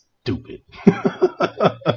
stupid